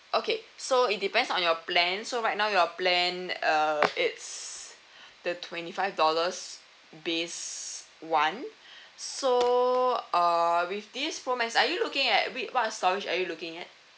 okay so it depends on your plan so right now your plan uh it's the twenty five dollars base [one] so err with this pro max are you looking at whi~ what storage are you looking at